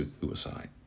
suicide